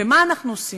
ומה אנחנו עושים?